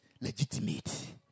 legitimate